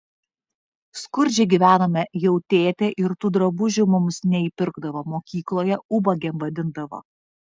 skurdžiai gyvenome jau tėtė ir tų drabužių mums neįpirkdavo mokykloje ubagėm vadindavo